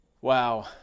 Wow